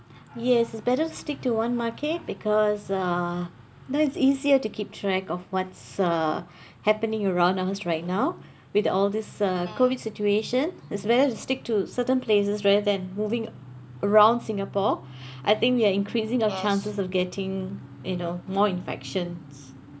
yes it's better to stick to one market because ah then it's easier to keep track of what's uh happening around us right now with all this uh COVID situation it's better to stick to certain places rather than moving around Singapore I think we are increasing our chances of getting you know more infections